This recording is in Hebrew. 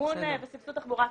ממימון וסבסוד תחבורה ציבורית,